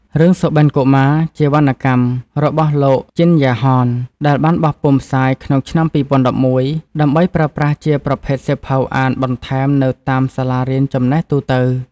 រឿងសុបិន្តកុមារ ជាវណ្ណកម្មរបស់លោក ជិន យ៉ាហន ដែលបានបោះពុម្ភផ្សាយក្នុងឆ្នាំ២០១១ ដើម្បីប្រើប្រាស់ជាប្រភេទសៀវភៅអានបន្ថែមនៅតាមសាលារៀនចំណេះទូទៅ។